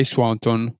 Swanton